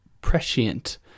prescient